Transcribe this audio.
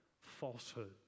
falsehood